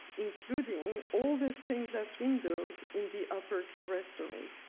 including all the stained glass windows in the upper clerestory.